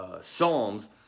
Psalms